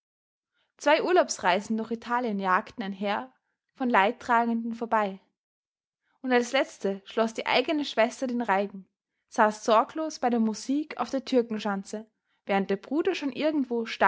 zwei urlaubsreisen durch italien jagten ein heer von leidtragenden vorbei und als letzte schloß die eigene schwester den reigen saß sorglos bei der musik auf der türkenschanze während der bruder schon irgendwo